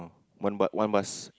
one but why must